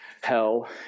hell